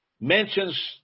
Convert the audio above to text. mentions